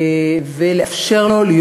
ולאפשר לו,